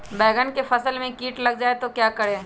बैंगन की फसल में कीट लग जाए तो क्या करें?